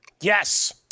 Yes